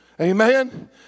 Amen